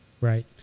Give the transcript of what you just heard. Right